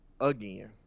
again